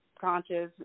Conscious